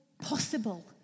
possible